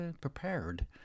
prepared